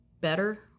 better